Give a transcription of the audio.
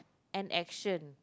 and action